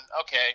okay